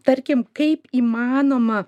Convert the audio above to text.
tarkim kaip įmanoma